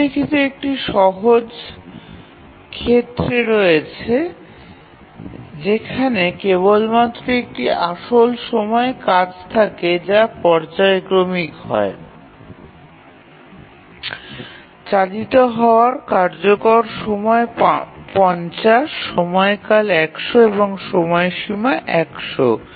নিম্নলিখিতটি একটি সহজ ক্ষেত্রে রয়েছে যেখানে কেবলমাত্র একটি আসল সময় কাজ থাকে যা পর্যায়ক্রমিক হয় চালিত হওয়ার কার্যকর হওয়ার সময় ৫০ সময়কাল ১০০ এবং সময়সীমা ১০০